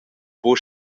buca